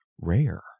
rare